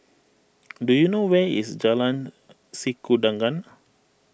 do you know where is Jalan Sikudangan